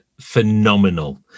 phenomenal